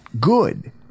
good